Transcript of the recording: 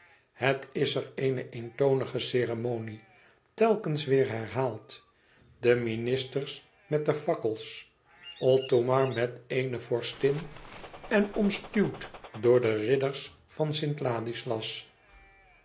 het is er eene eentonige ceremonie telkens weêr herhaald de ministers met de fakkels othomar met eene vorstin en omstuwd door de ridders van st ladislas